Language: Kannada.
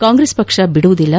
ಕಾಂಗ್ರೆಸ್ ಪಕ್ಷ ಬಿಡುವುದಿಲ್ಲ